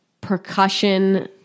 percussion